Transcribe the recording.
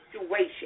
situation